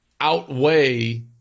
outweigh